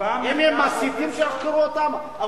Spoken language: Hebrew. אם הם מסיתים, אז שיחקרו אותם.